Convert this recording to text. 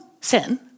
sin